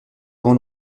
avant